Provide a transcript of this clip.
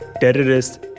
terrorists